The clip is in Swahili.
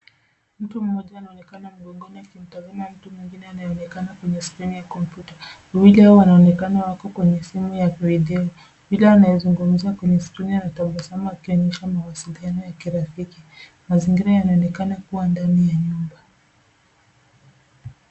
Mtu mmoja anaonekana mgongoni akimtazama mtu mwengine anayeonekana kwenye skrini ya kompyuta. Wawili hawa wanaonekana wako kwenye sehemu ya urejeo. Yule anayezungumza kwenye skrini anatabasamu na kuonyesha mawasiliano wa kurafiki. Mazingira yanaonekana kuwa ndani ya nyumba.